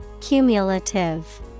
Cumulative